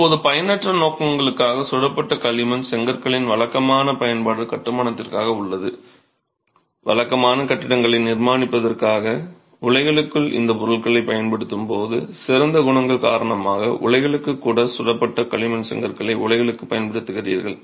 இப்போது பயனற்ற நோக்கங்களுக்காக சுடப்பட்ட களிமண் செங்கற்களின் வழக்கமான பயன்பாடு கட்டுமானத்திற்காக உள்ளது வழக்கமான கட்டிடங்களை நிர்மாணிப்பதற்காக உலைகளுக்குள் இந்த பொருட்களைப் பயன்படுத்தும் போது சிறந்த குணங்கள் காரணமாக உலைகளுக்கு கூட சுடப்பட்ட களிமண் செங்கற்களை உலைகளுக்குப் பயன்படுத்துகிறீர்கள்